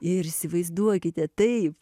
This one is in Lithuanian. ir įsivaizduokite taip